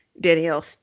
Danielle